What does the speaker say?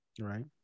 right